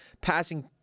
passing